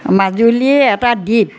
মাজুলী এটা দ্বীপ